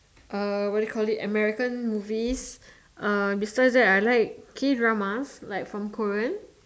uh what you call it American movies uh besides I like K dramas like from Korean